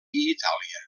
itàlia